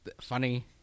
Funny